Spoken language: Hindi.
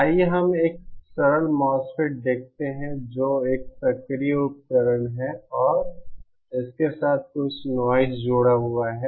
आइए हम एक सरल मोसफेट देखते हैं जो एक सक्रिय उपकरण है और इसके साथ कुछ नॉइज़ जुड़ा हुआ है